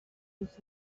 usada